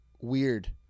Weird